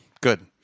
Good